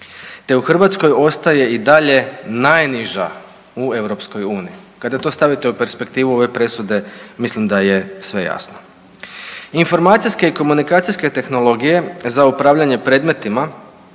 te u Hrvatskoj ostaje i dalje najniža u EU. Kada to stavite u perspektivu ove presude mislim da je sve jasno. Informacijske i komunikacijske tehnologije za upravljanje predmetima